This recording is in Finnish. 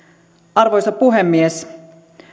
arvoisa puhemies